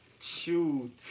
Shoot